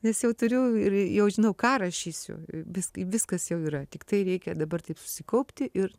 nes jau turiu ir jau žinau ką rašysiu vis kai viskas jau yra tiktai reikia dabar taip susikaupti ir